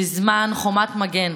בזמן חומת מגן.